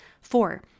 Four